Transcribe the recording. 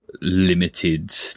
limited